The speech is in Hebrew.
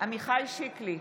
עמיחי שיקלי,